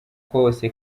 kose